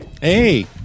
Hey